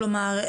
כלומר,